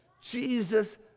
Jesus